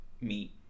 meet